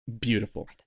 beautiful